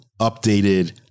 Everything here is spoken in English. updated